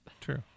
True